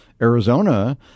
Arizona